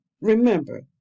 remember